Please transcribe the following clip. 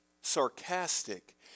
sarcastic